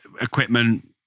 equipment